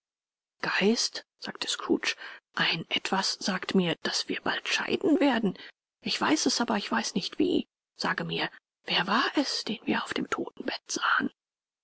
geist sagte scrooge ein etwas sagt mir daß wir bald scheiden werden ich weiß es aber ich weiß nicht wie sage mir wer es war den wir auf dem totenbett sahen